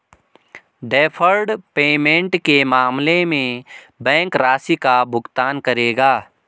deferred payment के मामले में बैंक राशि का भुगतान करेगा